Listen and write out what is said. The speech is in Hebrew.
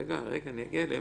רגע, אני אגיע אליהם.